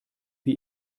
wie